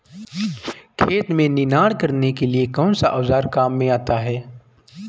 खेत में निनाण करने के लिए कौनसा औज़ार काम में आता है?